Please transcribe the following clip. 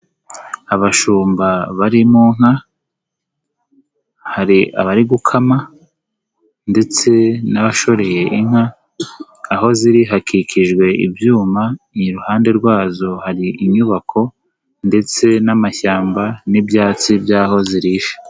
Abashumba bari mu nka hari abari gukama ndetse n'abashoreye inka aho ziri hakikijwe ibyuma, iruhande rwazo hari inyubako ndetse n'amashyamba n'ibyatsi by'aho zirisha.